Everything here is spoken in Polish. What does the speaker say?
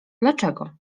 dlaczego